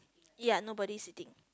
ya nobody sitting